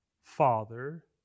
father